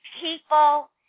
People